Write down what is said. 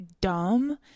dumb